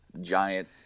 giant